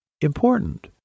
important